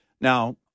Now